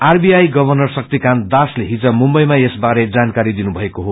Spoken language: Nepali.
आरबीआई गर्वनर शत्ति कान्त दासले हिज मुम्बईमा यसबारे जानकारी दिनुभएको हो